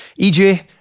EJ